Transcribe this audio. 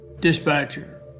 Dispatcher